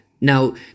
now